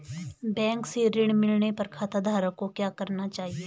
Bank से ऋण मिलने पर खाताधारक को क्या करना चाहिए?